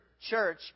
church